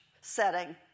setting